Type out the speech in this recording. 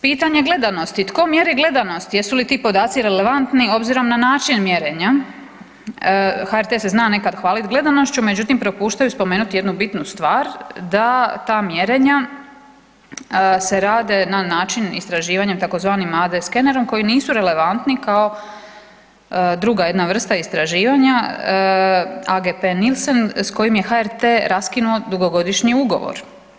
Pitanje gledanosti, tko mjeri gledanost, jesu li ti podaci relevantni obzirom na način mjerenja, HRT se zna nekad hvalit gledanošću, međutim propuštaju spomenuti jednu bitnu stvar da ta mjerenja se rade na način istraživanja tzv. AD Scannerom koji nisu relevantni kao druga jedna vrsta istraživanja, AGB Nielsen s kojim je HRT raskinuo dugogodišnji ugovor.